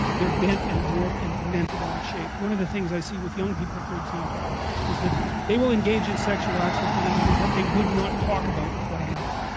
they're bent and warped and demented out of shape one of the things i see with young people for example is that they will engage in sexual acts with one another that they would not talk about with one another